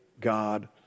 God